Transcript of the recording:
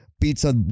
pizza